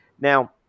Now